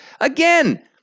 Again